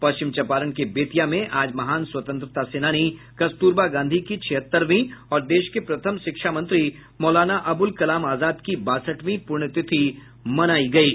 पश्चिम चंपारण के बेतिया में आज महान स्वतंत्रता सेनानी कस्तूरबा गांधी की छिहत्तरवीं और देश के प्रथम शिक्षा मंत्री मौलाना अबुल कलाम आजाद की बासठवीं पुण्यतिथि मनायी गयी